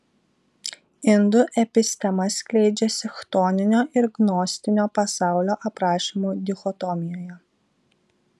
indų epistema skleidžiasi chtoninio ir gnostinio pasaulio aprašymų dichotomijoje